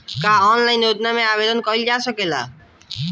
का ऑनलाइन योजना में आवेदन कईल जा सकेला?